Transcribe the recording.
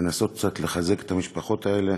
לנסות קצת לחזק את המשפחות האלה.